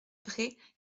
prés